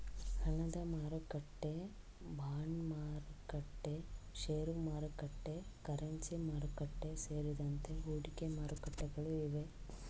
ಹಣದಮಾರುಕಟ್ಟೆ, ಬಾಂಡ್ಮಾರುಕಟ್ಟೆ, ಶೇರುಮಾರುಕಟ್ಟೆ, ಕರೆನ್ಸಿ ಮಾರುಕಟ್ಟೆ, ಸೇರಿದಂತೆ ಹೂಡಿಕೆ ಮಾರುಕಟ್ಟೆಗಳು ಇವೆ